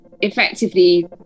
effectively